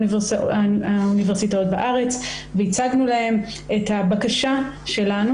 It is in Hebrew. האוניברסיטאות בארץ והצגנו להם את הבקשה שלנו,